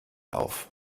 auf